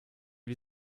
wir